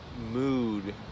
mood